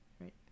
Right